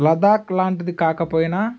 లదాక్ లాంటిది కాకపోయినా